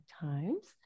times